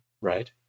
right